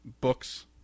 books